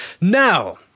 Now